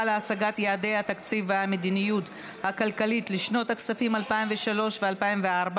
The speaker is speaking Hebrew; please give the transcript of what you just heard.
להשגת יעדי התקציב והמדיניות הכלכלית לשנות הכספים 2003 ו-2004)